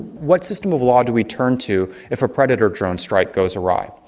what system of law do we turn to if a predator drone strike goes awry?